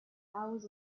hours